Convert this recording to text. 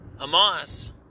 Hamas